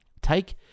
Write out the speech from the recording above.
Take